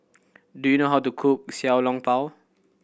do you know how to cook Xiao Long Bao